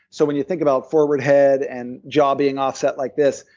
so when you think about forward head, and jaw being offset like this,